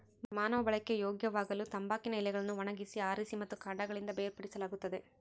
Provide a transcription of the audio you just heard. ಮಾನವ ಬಳಕೆಗೆ ಯೋಗ್ಯವಾಗಲುತಂಬಾಕಿನ ಎಲೆಗಳನ್ನು ಒಣಗಿಸಿ ಆರಿಸಿ ಮತ್ತು ಕಾಂಡಗಳಿಂದ ಬೇರ್ಪಡಿಸಲಾಗುತ್ತದೆ